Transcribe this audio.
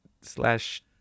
slash